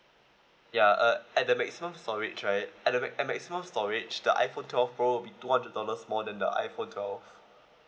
ya uh at the maximum storage right at the ma~ at the maximum storage the iphone twelve pro would be two hundred dollars more than the iphone twelve